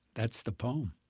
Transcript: that's the poem.